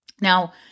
Now